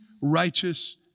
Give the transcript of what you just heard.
righteous